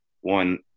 one